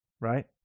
right